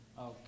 Okay